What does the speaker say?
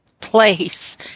place